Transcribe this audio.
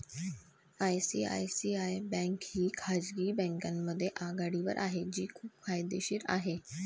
ICICI bank ही खाजगी बँकांमध्ये आघाडीवर आहे जी खूप फायदेशीर आहे